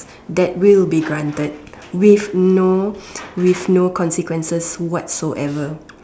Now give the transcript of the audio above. that will be granted with no with no consequences whatsoever